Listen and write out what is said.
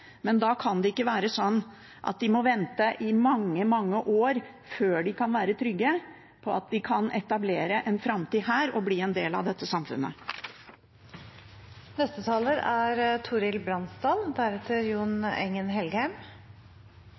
Men da kan det ikke være sånn at de må vente i mange, mange år før de kan være trygge på at de kan etablere en framtid her og bli en del av dette